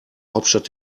hauptstadt